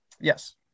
Yes